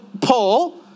Paul